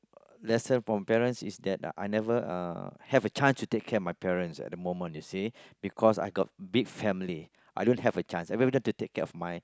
lesson from parents is that I never uh have the chance to take care of my parents at the moment you see because I got big family I don't have a chance even if to take care of my